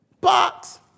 box